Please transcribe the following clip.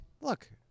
Look